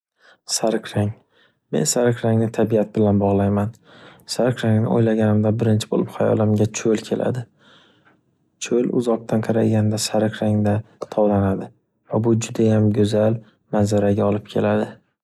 Sariq rang men sariq rangni tabiat bilan bog’layman. Sariq rangni o’ylaganimda birinchi bo’lib hayolimga cho’l keladi. Cho’l uzoqdan qaraganda sariq rangda tovlanadi va bu judayam go’zal manzaraga olib keladi.